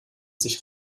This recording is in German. sich